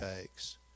takes